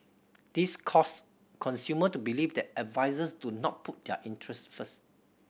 this caused consumer to believe that advisers do not put their interest first